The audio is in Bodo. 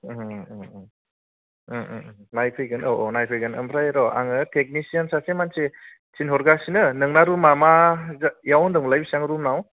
नायफैगोन औ औ नायफैगोन ओमफ्राय र' आङो टेकनिसियान सासे मानसि थिनहरगासिनो नोंना रुमा मा याव होनदोंमोनलाय बिसिबां रुमाव